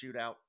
shootout